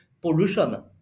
pollution